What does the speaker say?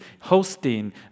hosting